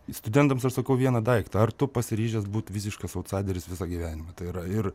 studentams aš sakau vieną daiktą ar tu pasiryžęs būt visiškas autsaideris visą gyvenimą tai yra ir